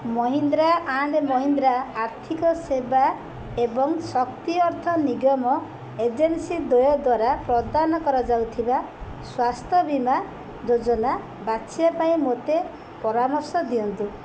Mahindra and Mahindra ଆର୍ଥିକ ସେବା ଏବଂ ଶକ୍ତି ଅର୍ଥ ନିଗମ ଏଜେନ୍ସି ଦ୍ୱୟ ଦ୍ଵାରା ପ୍ରଦାନ କରାଯାଇଥିବା ସ୍ୱାସ୍ଥ୍ୟ ବୀମା ଯୋଜନା ବାଛିବା ପାଇଁ ମୋତେ ପରାମର୍ଶ ଦିଅନ୍ତୁ